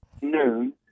noon